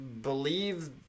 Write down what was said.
believe